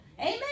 Amen